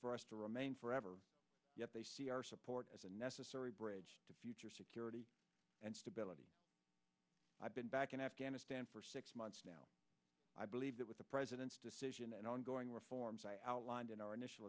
for us to remain forever support as a necessary bridge to future security and stability i've been back in afghanistan for six months now i believe that with the president's decision and ongoing reforms i outlined in our initial